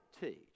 teach